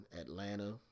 Atlanta